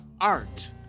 art